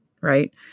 right